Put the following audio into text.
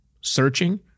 searching